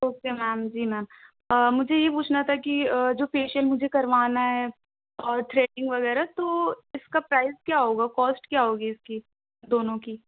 okay ma'am ji ma'am مجھے یہ پوچھنا تھا کہ جو فیشیل مجھے کروانا ہے اور تھریڈنگ وغیرہ تو اِس کا پرائز کیا ہوگا کاسٹ کیا ہوگی اِس کی دونوں کی